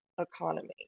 economy